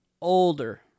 older